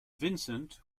vincent